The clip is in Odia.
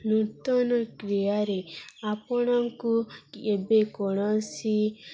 ନୂତନ କ୍ରିୟାରେ ଆପଣଙ୍କୁ ଏବେ କୌଣସି